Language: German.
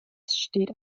steht